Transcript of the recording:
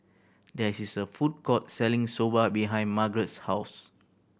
there is a food court selling Soba behind Margarett's house